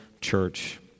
church